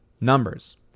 numbers